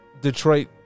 Detroit